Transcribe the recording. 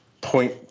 point